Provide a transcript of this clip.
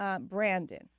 Brandon